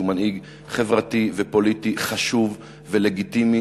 שהוא מנהיג חברתי ופוליטי חשוב ולגיטימי,